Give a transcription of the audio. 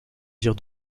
dire